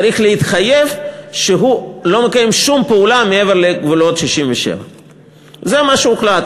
צריך להתחייב שהוא לא מקיים שום פעולה מעבר לגבולות 67'. זה מה שהוחלט.